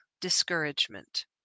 discouragement